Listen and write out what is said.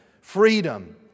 freedom